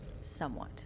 somewhat